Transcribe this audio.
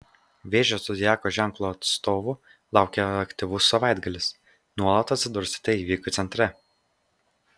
vėžio zodiako ženklo atstovų laukia aktyvus savaitgalis nuolat atsidursite įvykių centre